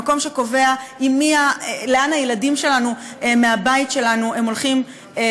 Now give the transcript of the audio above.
המקום שקובע לאן הילדים שלנו הולכים מהבית שלנו לבית-הספר.